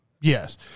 Yes